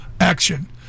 action